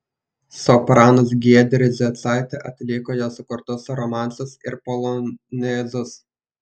sopranas giedrė zeicaitė atliko jo sukurtus romansus ir polonezus